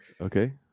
Okay